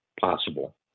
possible